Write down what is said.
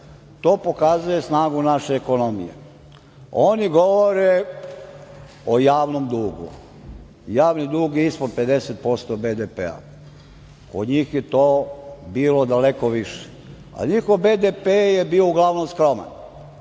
To pokazuje snagu naše ekonomije. Oni govore o javnom dugu. Javni dug je ispod 50% BDP-a. Kod njih je to bilo daleko više. Njihov BDP je bio uglavnom skroman. Ja